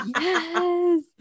yes